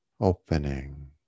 opening